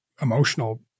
emotional